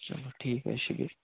چلو ٹھیٖک حظ چھِ